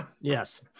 Yes